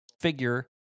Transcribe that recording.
figure